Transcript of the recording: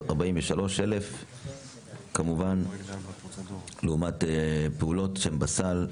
43,000. כמובן לעומת פעולות שהן בסל,